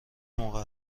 موقع